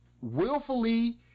willfully